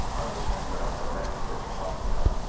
understand the metrics that you're talking about.